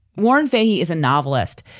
warren fahy is a novelist,